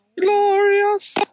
Glorious